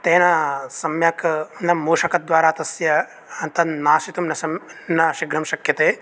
तेन सम्यक् न मूषकद्वारा तस्य तद् नाशितुं न सम् न शीघ्रं शक्यते